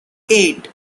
eight